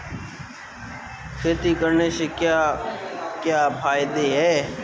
खेती करने से क्या क्या फायदे हैं?